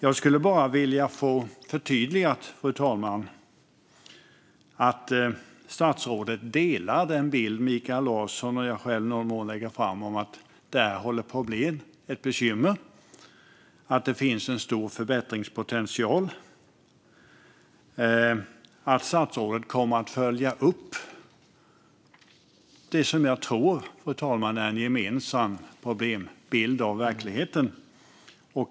Jag skulle bara vilja få förtydligat att statsrådet delar den bild som Mikael Larsson och jag själv i någon mån lägger fram om att det här håller på att bli ett bekymmer och att det finns stor förbättringspotential samt att statsrådet kommer att följa upp det som jag tror är en gemensam problembild av verkligheten.